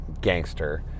gangster